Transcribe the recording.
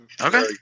Okay